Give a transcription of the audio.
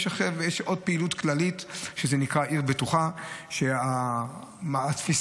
יש עוד פעילות כללית שנקראת "עיר בטוחה"; התפיסה